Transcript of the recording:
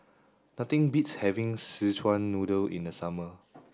nothing beats having Szechuan noodle in the summer